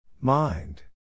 Mind